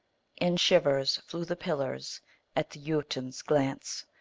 in shivers flew the pillars at the jotun s glance.